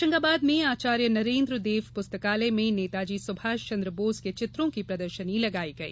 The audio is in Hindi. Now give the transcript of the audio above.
होशंगाबाद में आचार्य नरेन्द्र देव पुस्तकालय में नेताजी सुभाष चन्द्र बोस के चित्रों की प्रदर्शनी लगाई गई